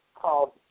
called